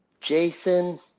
Jason